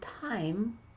time